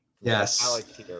Yes